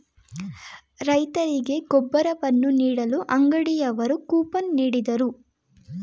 ರೈತರಿಗೆ ಗೊಬ್ಬರವನ್ನು ನೀಡಲು ಅಂಗಡಿಯವರು ಕೂಪನ್ ನೀಡಿದರು